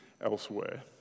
elsewhere